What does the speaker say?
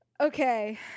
Okay